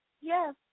Yes